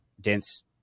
dense